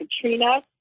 Katrina